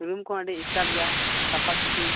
ᱨᱩᱢ ᱠᱚ ᱟᱹᱰᱤ ᱮᱥᱴᱟᱵ ᱜᱮᱭᱟ ᱥᱟᱯᱦᱟ ᱥᱟᱹᱯᱷᱤ